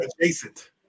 adjacent